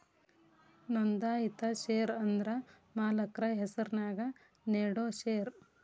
ನೋಂದಾಯಿತ ಷೇರ ಅಂದ್ರ ಮಾಲಕ್ರ ಹೆಸರ್ನ್ಯಾಗ ನೇಡೋ ಷೇರ